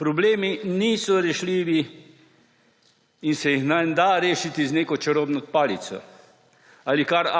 Problemi niso rešljivi in se jih ne da rešiti z neko čarobno palico ali kar